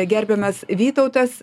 gerbiamas vytautas